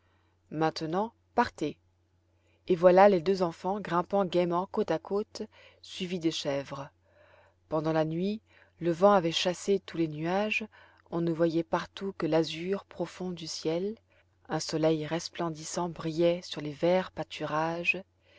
maintenant partez et voilà les deux enfants grimpant gaiement côte à côte suivis des chèvres pendant la nuit le vent avait chassé tous les nuages on ne voyait partout que l'azur profond du ciel un soleil resplendissant brillait sur les verts pâturages